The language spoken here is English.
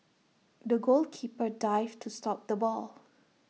the goalkeeper dived to stop the ball